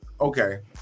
Okay